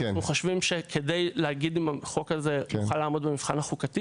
אנחנו חושבים שכדי להגיד אם החוק הזה יוכל לעמוד במבחן החוקתי